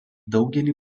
daugelį